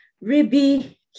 Ribby